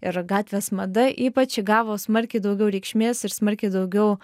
ir gatvės mada ypač įgavo smarkiai daugiau reikšmės ir smarkiai daugiau